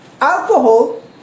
alcohol